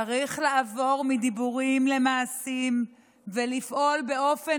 צריך לעבור מדיבורים למעשים ולפעול באופן